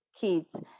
kids